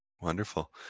Wonderful